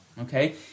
okay